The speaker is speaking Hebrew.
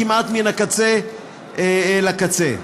כמעט מן הקצה אל הקצה.